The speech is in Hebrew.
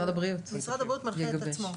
לגבש.